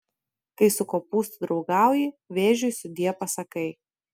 kai su kopūstu draugauji vėžiui sudie pasakai